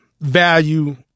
value